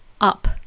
up